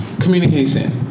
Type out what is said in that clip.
Communication